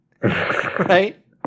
Right